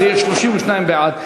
זה יהיה 32 בעד.